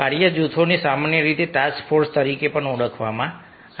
કાર્ય જૂથોને સામાન્ય રીતે ટાસ્ક ફોર્સ તરીકે પણ ઓળખવામાં આવે છે